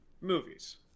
movies